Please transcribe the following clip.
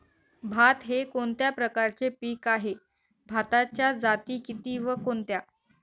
भात हे कोणत्या प्रकारचे पीक आहे? भाताच्या जाती किती व कोणत्या?